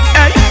Hey